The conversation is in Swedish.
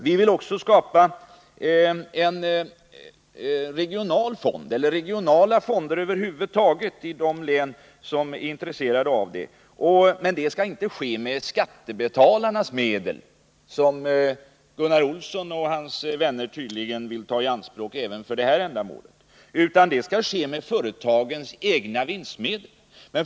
Vi vill också skapa regionala fonder i de län som är intresserade av det. Men det skall inte ske med skattebetalarnas medel, som Gunnar Olsson och hans vänner tydligen vill ta i anspråk även för det här ändamålet, utan det skall ske med företagens egna vinstmedel.